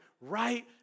right